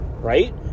Right